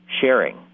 sharing